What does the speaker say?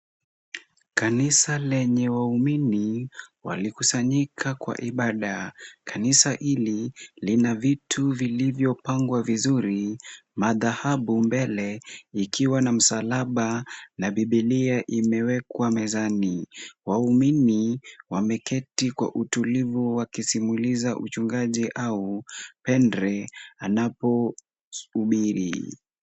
Kanisa lenye waumini, walikusanyika kwa ibada. Kanisa hili, lina vitu vilivyopangwa vizuri, madhabahu mbele ikiwa na msalaba na Bibilia imewekwa mezani. Waumini wameketi kwa utulivu wakisimuliza uchungaji au Padri anapohubiri.